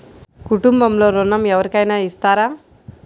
కుటుంబంలో ఋణం ఎవరికైనా ఇస్తారా?